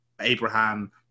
Abraham